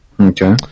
Okay